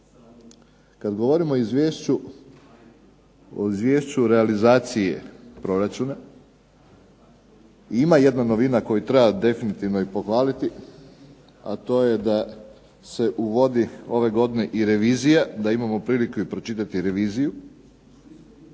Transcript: kada govorimo o Izvješću realizacije proračuna, ima jedna novina koju treba definitivno pohvaliti a to je da se uvodi ove godine i revizija, da imamo priliku pročitati i reviziju.